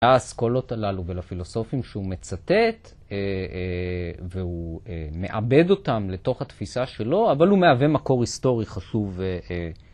‫האסכולות הללו ולפילוסופים ‫שהוא מצטט, ‫והוא מאבד אותם לתוך התפיסה שלו, ‫אבל הוא מהווה מקור היסטורי חשוב.